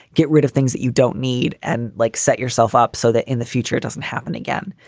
get rid of things that you don't need. and like set yourself up so that in the future doesn't happen again.